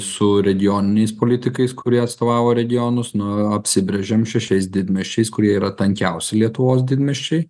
su regioniniais politikais kurie atstovavo regionus na apsibrėžėm šešiais didmiesčiais kurie yra tankiausi lietuvos didmiesčiai